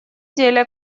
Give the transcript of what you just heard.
деле